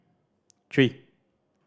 three